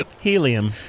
Helium